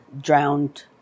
drowned